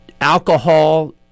alcohol